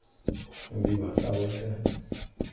हिन्दी भाषा बोलते हैं